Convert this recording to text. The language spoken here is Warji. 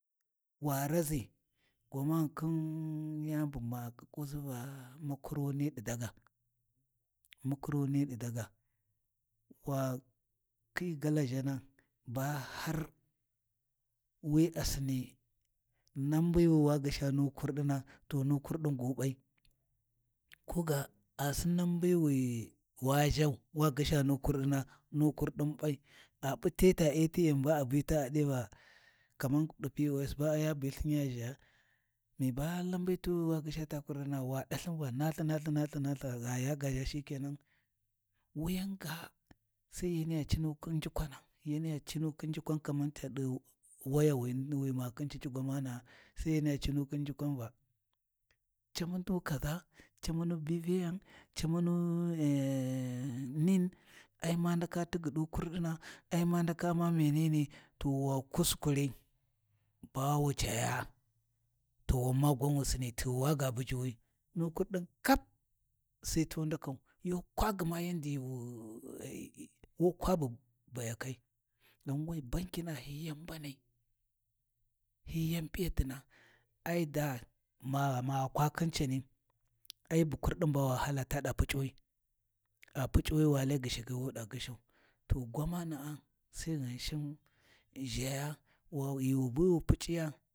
Wa raʒi gwamani khin yani buma ƙiƙƙisu va makuruni ni ɗi daga, makuruni ni ɗi daga, wa khi galaʒhana ba har wi a sini Lambi wi wa gyisha nu kurɗina to nu kurɗin gu ɓai, ko ga a sin nambi wi wa ʒhau wa gyisha nu kurɗina nu kurɗin, ɓai, a p’u te ta ATM ba a biti a ɗi va kaman ɗi POS ba ya bi’lthin ya ʒhaya me ba lambi tu wi wa gyisha ta kurdina wa di va gha ya ga ʒha shike nan, wiyan ga Sai yaniya cinu khin njukwana, yaniya cinu khin njukwana kaman ca di waya wani wi ma khin cici gwamana’a, sai yaniya cuni khin njukwan va camu nu kaza camu nu BVN, camu nu NIN ai ma ndaka tigyi ɗu kurdina ai ma ndaka u’ma menene, to wa kuskuri ba wu caya to wan ma gwa wu Sini tighuwa ga bujuwi, nu kurɗi kap sai tu ndakau, yu kwa gma wu kwa bu bayakai, ghanwe bankina hi yan mbanai, hi yan P’iyatina ai dama kwa khin cani ai bu kurdin ba wa hala taɗa Puc’uwi, a Puc’uwi wa lai gyishakai wu da gyishabe, to gwamana sai Ghinshi ʒhaya ghi wu biwu wu pucꞌiya.